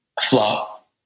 Flop